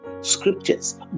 scriptures